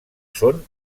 són